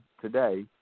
today